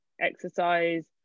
exercise